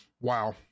WoW